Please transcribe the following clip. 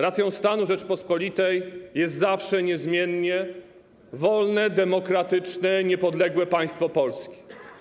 Racją stanu Rzeczypospolitej jest zawsze, niezmiennie wolne, demokratyczne, niepodlegle państwo polskie.